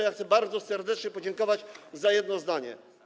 Ja chcę bardzo serdecznie podziękować za jedno zdanie.